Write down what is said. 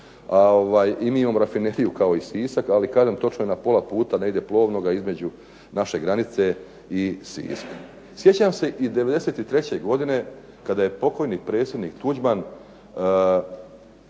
i mi imamo rafineriju kao i Sisak, ali kažem točno je na pola puta plovnoga negdje između naše granice i Siska. Sjećam se i '93. godine kada je pokojni predsjednik Tuđman